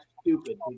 stupid